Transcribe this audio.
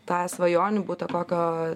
tą svajonių butą kokio